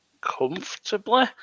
comfortably